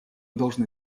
должны